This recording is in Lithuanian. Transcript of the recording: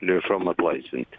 lėšom atlaisvinti